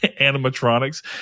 animatronics